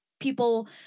People